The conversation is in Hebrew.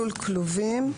"לול כלובים"